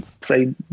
say